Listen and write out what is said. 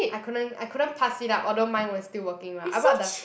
I couldn't I couldn't pass it up although mine was still working lah I bought the